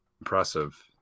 Impressive